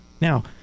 Now